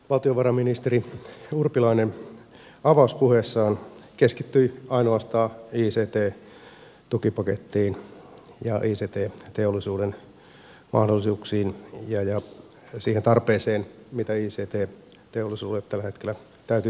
valtiovarainministeri urpilainen avauspuheessaan keskittyi ainoastaan ict tukipakettiin ja ict teollisuuden mahdollisuuksiin ja siihen tarpeeseen mitä ict teollisuudelle tällä hetkellä täytyisi tehdä